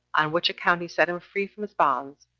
on which account he set him free from his bonds,